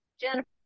Jennifer